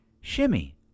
Shimmy